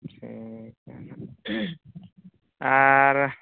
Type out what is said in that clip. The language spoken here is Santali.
ᱴᱷᱤᱠ ᱜᱮᱭᱟ ᱱᱟᱦᱟᱜ ᱟᱨ